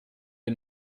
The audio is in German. wir